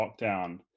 lockdown